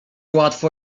łatwo